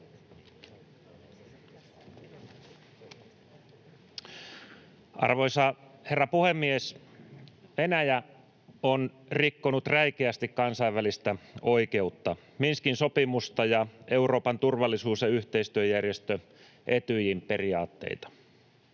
Arvoisa herra puhemies! Venäjä on rikkonut räikeästi kansainvälistä oikeutta, Minskin sopimusta ja Euroopan turvallisuus- ja yhteistyöjärjestö Etyjin periaatteita.